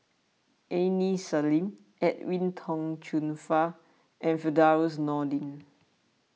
Aini Salim Edwin Tong Chun Fai and Firdaus Nordin